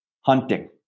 hunting